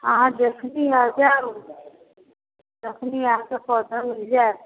अहाँ जखनि आ जायब तखनि अहाँके पौधा मिल जायत